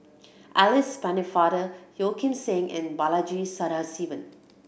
Alice Pennefather Yeo Kim Seng and Balaji Sadasivan